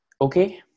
okay